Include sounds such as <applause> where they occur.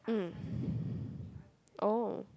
mm <breath> oh